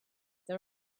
the